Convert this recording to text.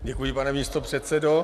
Děkuji, pane místopředsedo.